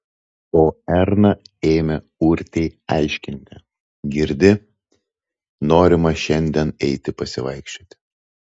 o erna ėmė urtei aiškinti girdi norima šiandien eiti pasivaikščioti